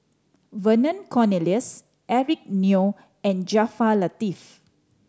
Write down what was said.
Vernon Cornelius Eric Neo and Jaafar Latiff